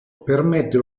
permette